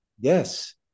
Yes